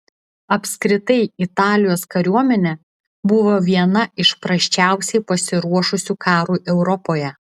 apskritai italijos kariuomenė buvo viena iš prasčiausiai pasiruošusių karui europoje